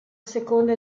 seconda